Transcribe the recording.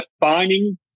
defining